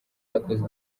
yakoze